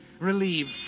Relieved